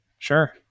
Sure